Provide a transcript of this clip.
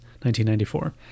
1994